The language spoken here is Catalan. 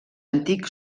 antic